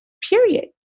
Period